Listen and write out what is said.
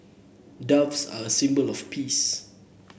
doves are a symbol of peace